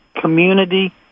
Community